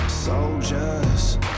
Soldiers